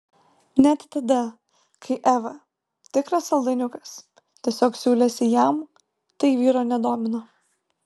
net tada kai eva tikras saldainiukas tiesiog siūlėsi jam tai vyro nedomino